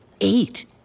Eight